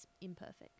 imperfect